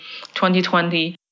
2020